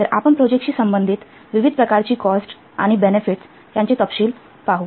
तर आपण प्रोजेक्टशी संबंधित विविध प्रकारची कॉस्ट आणि बेनेफिटस यांचे तपशील पाहू